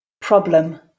Problem